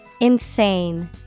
Insane